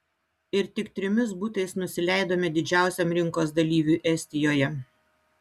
ir tik trimis butais nusileidome didžiausiam rinkos dalyviui estijoje